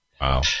Wow